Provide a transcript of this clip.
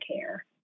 care